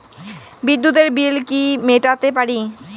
বিদ্যুতের বিল কি মেটাতে পারি?